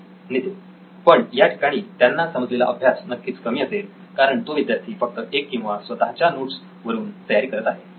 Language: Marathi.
नितीन पण या ठिकाणी त्यांना समजलेला अभ्यास नक्कीच कमी असेल कारण तो विद्यार्थी फक्त एकाच किंवा स्वतःच्या नोट्स वरून तयारी करतो आहे